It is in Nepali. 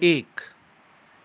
एक